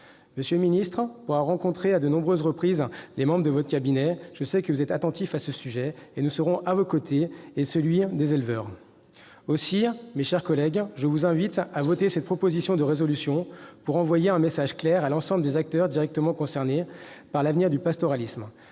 Monsieur le ministre, pour avoir rencontré à de nombreuses reprises des membres de votre cabinet, je sais que vous êtes attentif à ce sujet et nous serons à vos côtés, comme à ceux des éleveurs. Aussi, je vous invite, mes chers collègues, à voter cette proposition de résolution pour envoyer un message clair à l'ensemble des acteurs directement concernés par l'avenir du pastoralisme.